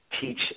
teach